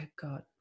God